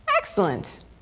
Excellent